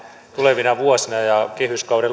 tulevina vuosina ja kehyskauden